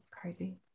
crazy